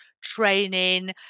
training